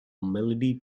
melody